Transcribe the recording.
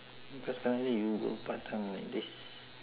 cause currently you work part time like this